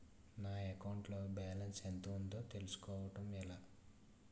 నా అకౌంట్ లో బాలన్స్ ఎంత ఉందో తెలుసుకోవటం ఎలా?